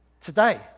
today